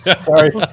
Sorry